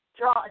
Draw